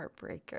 heartbreaker